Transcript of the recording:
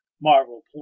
Marvel